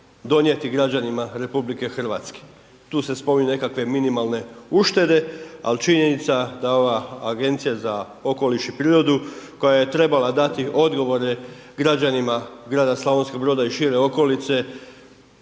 donijeti građanima RH, tu se spominju nekakve minimalne uštede, al činjenica da ova Agencija za okoliš i prirodu koja je trebala dati odgovore građanima grada Slavonskog Broda i šire okolice,